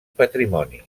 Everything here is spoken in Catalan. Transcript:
patrimoni